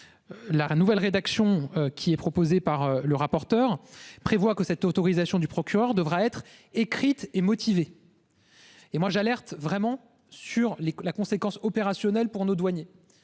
La nouvelle rédaction qui est proposé par le rapporteur prévoit que cette autorisation du procureur devra être écrite et motivée. Et moi j'alerte vraiment sur les la conséquence opérationnelle pour nos douaniers.